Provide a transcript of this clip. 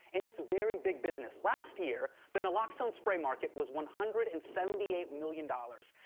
and it's very big business. last year, the naloxone spray market was one hundred and seventy eight million dollars,